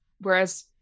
whereas